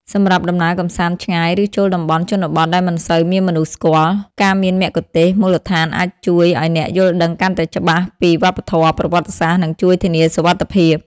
សម្រាប់ដំណើរកម្សាន្តឆ្ងាយ ឬចូលតំបន់ជនបទដែលមិនសូវមានមនុស្សស្គាល់ ការមានមគ្គុទ្ទេសក៍មូលដ្ឋានអាចជួយឲ្យអ្នកយល់ដឹងកាន់តែច្បាស់ពីវប្បធម៌ ប្រវត្តិសាស្ត្រ និងជួយធានាសុវត្ថិភាព។